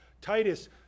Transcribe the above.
Titus